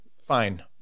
fine